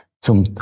zum